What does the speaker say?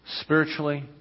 spiritually